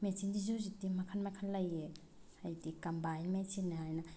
ꯃꯦꯆꯤꯟꯁꯤꯁꯨ ꯍꯧꯖꯤꯛꯇꯤ ꯃꯈꯜ ꯃꯈꯜ ꯂꯩꯌꯦ ꯍꯥꯏꯗꯤ ꯀꯝꯕꯥꯏꯟ ꯃꯦꯆꯤꯟ ꯍꯥꯏꯅ